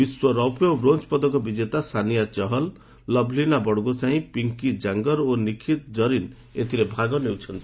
ବିଶ୍ୱ ରୌପ୍ୟ ଓ ବୋଞ୍ଜ ପଦକ ବିଜେତା ସୋନିଆ ଚହଲ ଲଭ୍ଲିନା ବଡ଼ଗୋସାଇଁ ପିଙ୍କି ଜାଙ୍ଗରା ଓ ନିଖତ ଜରିନ୍ ଏଥିରେ ଭାଗ ନେଉଛନ୍ତି